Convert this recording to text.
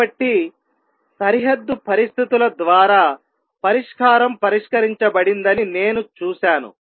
కాబట్టి సరిహద్దు పరిస్థితుల ద్వారా పరిష్కారం పరిష్కరించబడిందని నేను చూశాను